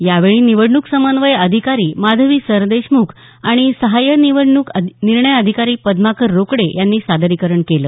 यावेळी निवडणूक समन्वय अधिकारी माधवी सरदेशमुख आणि सहाय्यक निवडणूक निर्णय अधिकारी पद्माकर रोकडे यांनी सादरीकरण केलं